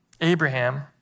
Abraham